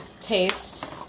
taste